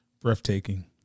Breathtaking